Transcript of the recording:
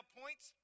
points